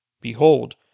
Behold